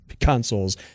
consoles